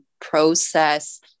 process